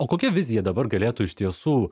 o kokia vizija dabar galėtų iš tiesų